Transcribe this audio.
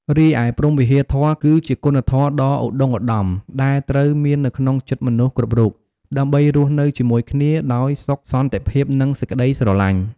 រីឯព្រហ្មវិហារធម៌ គឺជាគុណធម៌ដ៏ឧត្តុង្គឧត្តម ដែលត្រូវមាននៅក្នុងចិត្តមនុស្សគ្រប់រូប ដើម្បីរស់នៅជាមួយគ្នាដោយសុខសន្តិភាព និងសេចក្តីស្រឡាញ់។